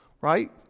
Right